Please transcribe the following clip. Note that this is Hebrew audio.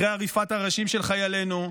אחרי עריפת הראשים של חיילינו,